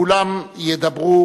כולם ידברו